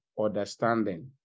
understanding